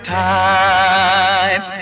time